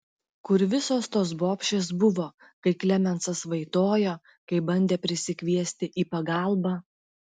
kur visos tos bobšės buvo kai klemensas vaitojo kai bandė prisikviesti į pagalbą